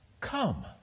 come